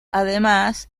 además